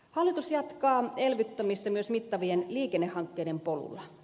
hallitus jatkaa elvyttämistä myös mittavien liikennehankkeiden polulla